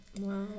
Wow